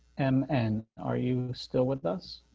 m and are you still with us.